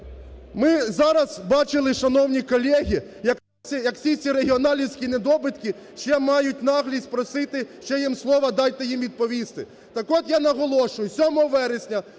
Ми зараз бачили, шановні колеги, як всі ці регіоналівські недобитки ще мають наглість просити, що ще їм слово дайте їм відповісти. Так от, я наголошую, 7 вересня